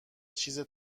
چیز